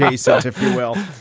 she says, if you will.